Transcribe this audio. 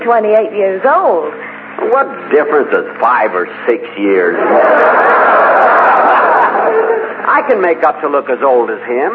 twenty eight years old what difference five or six years i can make up to look as old as him